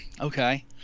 Okay